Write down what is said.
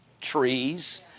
trees